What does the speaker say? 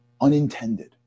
unintended